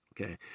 okay